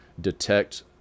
detect